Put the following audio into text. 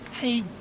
Hey